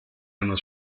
hanno